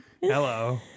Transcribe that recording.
Hello